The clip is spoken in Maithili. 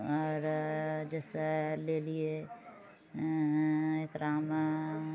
आओर जैसे लेलियै एकरामे